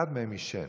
שאחד מהם עישן.